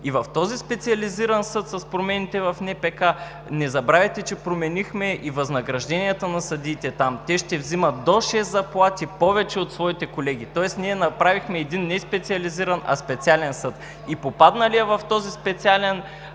в този специализиран съд, не забравяйте, че променихме и възнагражденията на съдиите там – те ще взимат до шест заплати повече от своите колеги, тоест направихме един не специализиран, а специален съд. Попадналият в този специален ред